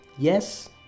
yes